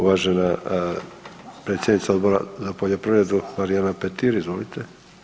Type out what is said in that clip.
Uvažena predsjednica Odbora za poljoprivredu Marijana Petir, izvolite.